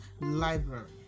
library